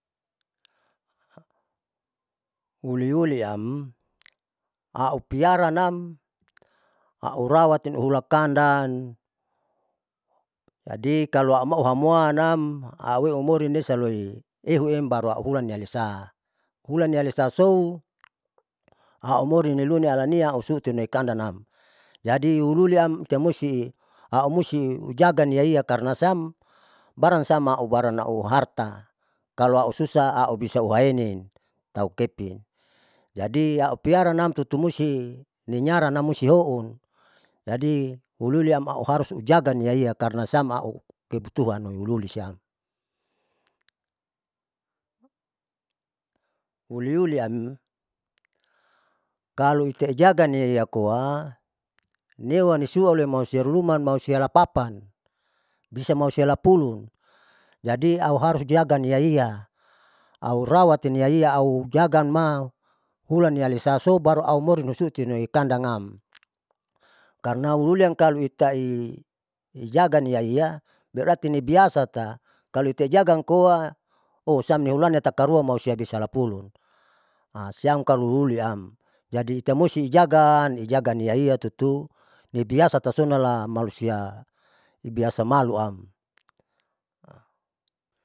Uliuliam au piaranam, au rawat hula kandan jadi kalo aumau hamwannam au ewa morin lesa loi ehuem baru au hulan nialisa hulanialisasou au morin nilunialania ausu'uti huneikandannam. jadi liuliam itamusti au muasti jagaiaia karnaam barangsam ubarang auharta kalo aususa aubisa uhaenin taukepin, jadi aupiaranam tutumusti ninyaranam mustihoun jadi uliuliam auharus ujagani iaia karnamsiamau kebutuhan loi uliulisiam uliuliam kaloitaijaga iniakoa newa nisua olemalusia luman malusia lapapa bisa malusialapulu. jadi auharusjagai iniaia aurawati iniaia aujagama hulan soalisa baru aumorin lutukandan, karna uliuliamta kaloitai jagaiaia tatinibiasata kaloitae jaga amkoa ohhsian nihulan osiamti salapulu jadiitamusi ijaga ijaga aniaiatutu nibiasa tutuaumakasona malusia ibiasamaluam.